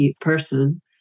person